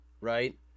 right